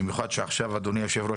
במיוחד שעכשיו אדוני היושב-ראש,